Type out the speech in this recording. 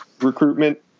recruitment